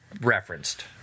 referenced